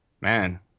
man